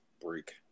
break